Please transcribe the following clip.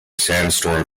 sandstorm